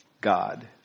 God